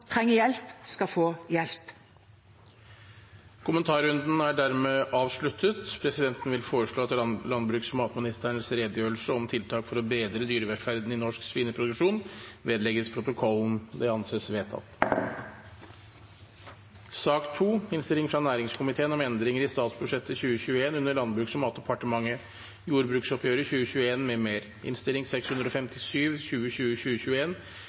trenger hjelp, skal få hjelp. Kommentarrunden er dermed avsluttet. Presidenten vil foreslå at landbruks- og matministerens redegjørelse om tiltak for å bedre dyrevelferden i norsk svineproduksjon vedlegges protokollen. – Det anses vedtatt. Etter ønske fra næringskomiteen vil presidenten ordne debatten slik: 5 minutter til hver partigruppe og